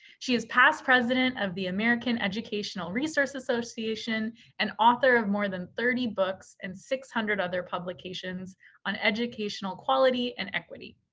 she is past president of the american educational research association and author of more than thirty books and six hundred other publications on educational quality and equity.